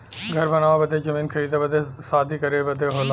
घर बनावे बदे जमीन खरीदे बदे शादी करे बदे होला